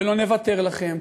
ולא נוותר לכם,